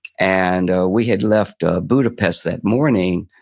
and we had left ah budapest that morning,